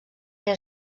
què